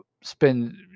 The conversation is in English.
spend